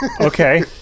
Okay